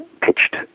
pitched